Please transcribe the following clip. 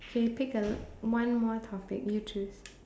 we pick a one more topic you choose